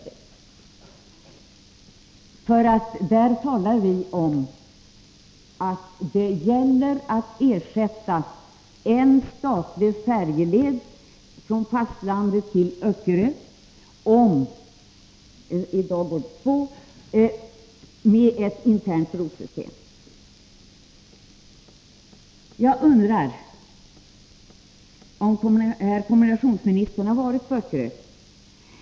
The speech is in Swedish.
I vår motion framhåller vi att det gäller att ersätta en av de statliga färjeförbindelserna från fastlandet till Öckerö med ett internt brosystem. Jag undrar om kommunikationsministern har varit på Öckerö.